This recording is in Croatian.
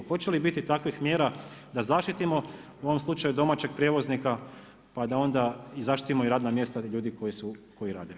Hoće li biti takvih mjera da zaštitimo u ovom slučaju domaćeg prijevoznika, pa da onda zaštitimo radna mjesta od ljudi koji rade.